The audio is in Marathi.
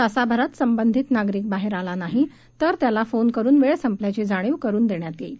तासभरात संबंधित नागरिक बाहेर आला नाही तर त्याला फोन करून वेळ संपल्याची जाणीव करून देण्यात येईल